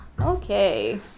Okay